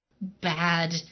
bad